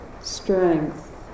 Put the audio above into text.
strength